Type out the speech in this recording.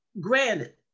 granted